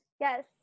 Yes